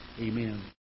Amen